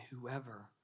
whoever